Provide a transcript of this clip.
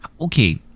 Okay